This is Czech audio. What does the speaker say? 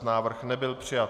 Návrh nebyl přijat.